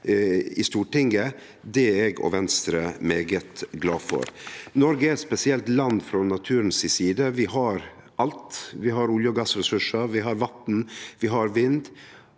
på Stortinget, er eg og Venstre svært glade for. Noreg er eit spesielt land frå naturen si side. Vi har alt. Vi har olje- og gassressursar, vi har vatn, vi har vind,